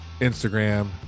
Instagram